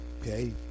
okay